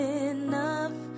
enough